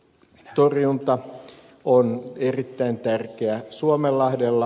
öljyntorjunta on erittäin tärkeää suomenlahdella